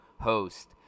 host